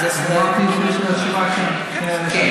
אמרתי שהתשובה היא כן.